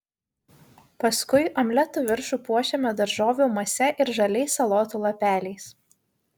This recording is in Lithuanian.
paskui omleto viršų puošiame daržovių mase ir žaliais salotų lapeliais